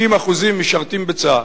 90% מהם משרתים בצה"ל.